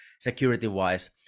security-wise